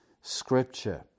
Scripture